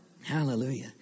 Hallelujah